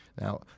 Now